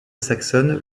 saxonne